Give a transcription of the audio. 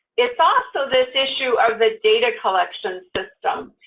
it's also this issue of the data collection system.